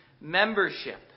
membership